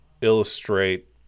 illustrate